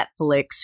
Netflix